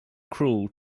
cruel